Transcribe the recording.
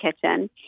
kitchen